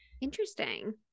Interesting